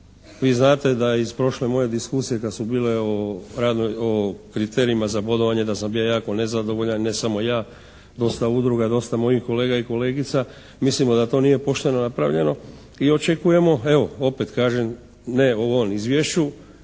Vi znate da iz prošle moje diskusije kada su bile o kriterijima za bodovanje da sam bio jako nezadovoljan, ne samo ja, dosta udruga, dosta mojih kolega i kolegica mislimo da to nije pošteno napravljeno i očekujemo evo opet kažem, ne u ovom izvješću,